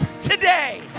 today